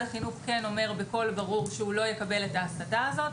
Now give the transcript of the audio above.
החינוך אומר בקול ברור שהוא לא יקבל את ההסתה הזאת,